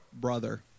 brother